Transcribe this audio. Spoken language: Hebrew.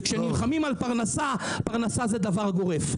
כשנלחמים על פרנסה פרנסה זה דבר גורף.